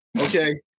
Okay